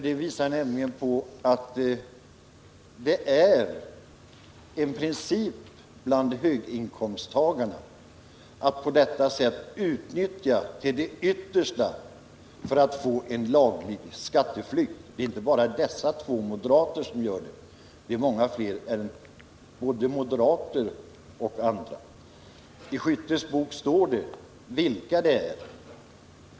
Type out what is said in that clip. Det visar nämligen att det är en princip bland höginkomsttagarna att på detta sätt till det yttersta utnyttja avdragsmöjligheterna till en laglig skatteflykt. Det är inte bara dessa två moderater som gör det —det är många fler, både moderater och andra. I Skyttes bok står det vilka det är.